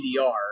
DDR